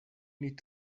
need